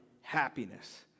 Happiness